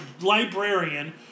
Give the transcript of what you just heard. librarian